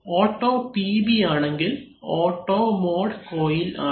auto PB ആണെങ്കിൽ ഇത് auto mode coil ആണ്